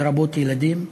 לרבות ילדים.